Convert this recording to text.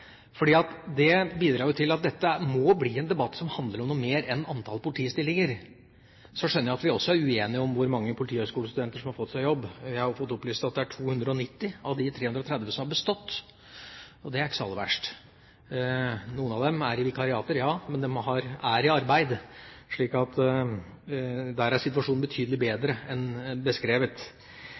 må bli en debatt som handler om noe mer enn antall politistillinger. Så skjønner jeg at vi også er uenige om hvor mange politihøyskolestudenter som har fått seg jobb – jeg har fått opplyst at det er 290 av de 330 som har bestått, og det er ikke så aller verst. Noen av dem er i vikariater, ja, men de er i arbeid. Så der er situasjonen betydelig bedre enn beskrevet.